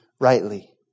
rightly